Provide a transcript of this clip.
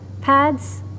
pads